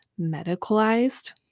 medicalized